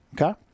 okay